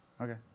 Okay